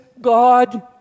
God